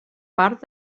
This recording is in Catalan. part